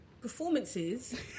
performances